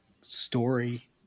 story